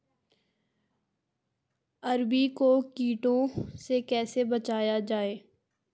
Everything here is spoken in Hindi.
अरबी को कीटों से कैसे बचाया जाए?